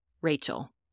Rachel